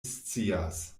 scias